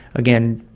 again,